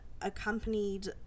accompanied